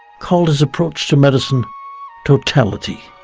called his approach to medicine totality.